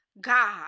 God